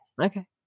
Okay